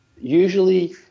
usually